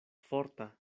forta